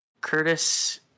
Curtis